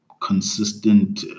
consistent